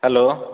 hello